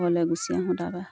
ঘৰলৈ গুচি আহোঁ তাৰপৰা